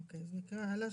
אוקיי, נקרא הלאה.